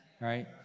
right